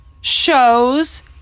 shows